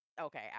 Okay